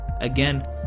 Again